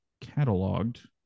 cataloged